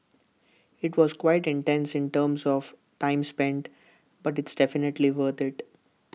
IT was quite intense in terms of time spent but it's definitely worth IT